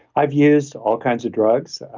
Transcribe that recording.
i've used all kinds of drugs.